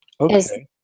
Okay